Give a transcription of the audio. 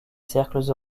cercles